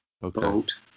boat